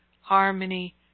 harmony